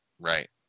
right